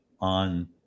on